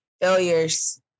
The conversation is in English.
Failures